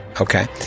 Okay